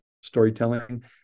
storytelling